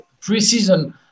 pre-season